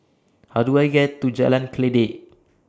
How Do I get to Jalan Kledek